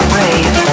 rave